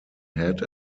head